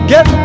Get